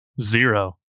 zero